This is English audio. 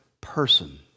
person